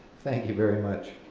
thank you very much.